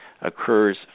occurs